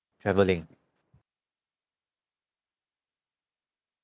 travelling